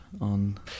on